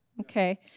okay